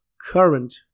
current